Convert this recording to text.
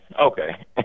okay